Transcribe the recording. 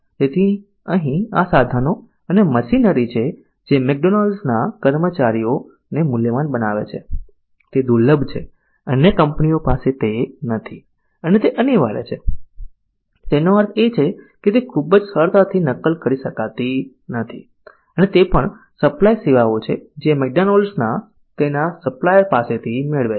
તેથી અહીં આ સાધનો અને મશીનરી છે જે મેકડોનાલ્ડ્સના કર્મચારીઓ મૂલ્યવાન છે તે દુર્લભ છે અન્ય કંપનીઓ પાસે તે નથી અને તે અનિવાર્ય છે તેનો અર્થ એ છે કે તે ખૂબ જ સરળતાથી નકલ કરી શકાતી નથી અને તે પણ સપ્લાય સેવાઓ છે જે મેકડોનાલ્ડ્સ તેના સપ્લાયર્સ પાસેથી મેળવે છે